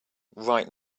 right